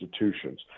institutions